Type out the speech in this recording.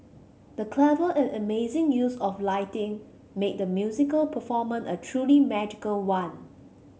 the clever and amazing use of lighting made the musical performan a truly magical one